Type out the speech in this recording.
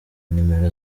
nimero